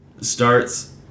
starts